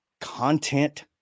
content